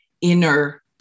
inner